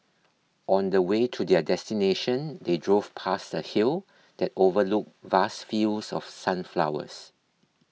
on the way to their destination they drove past a hill that overlooked vast fields of sunflowers